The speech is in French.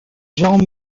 jean